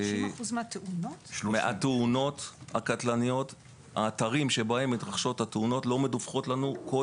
30% מן התאונות הקטלניות לא מדווחות לנו.